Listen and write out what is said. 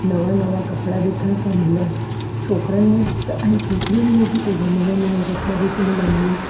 नवां नवां कपिड़ा ॾिसण था मिलनि छोकिरनि में त ऐं छोकिरियुनि में बि अहिड़ा नवां नवां कपिड़ा ॾिसण था मिलनि